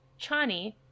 Chani